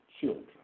children